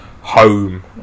home